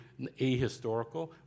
ahistorical